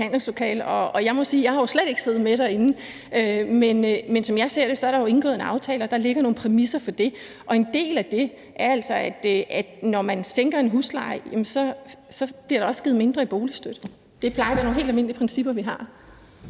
sige, at jeg slet ikke har siddet med derinde. Men som jeg ser det, er der indgået en aftale, og der ligger nogle præmisser for den, og en del af det er altså, at når man sænker en husleje, bliver der også givet mindre i boligstøtte. Det plejer at være nogle helt almindelige principper, vi har.